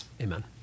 Amen